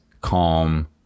calm